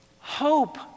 Hope